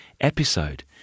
episode